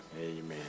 Amen